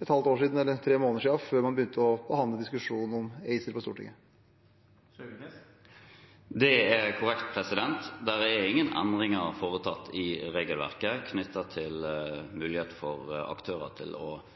et halvt år – eller tre måneder – siden, før man begynte diskusjonen om ACER på Stortinget. Det er korrekt. Det er ingen endringer foretatt i regelverket knyttet til mulighet for aktører til å